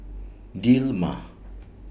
Dilmah